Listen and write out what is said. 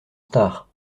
retard